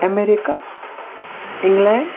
America England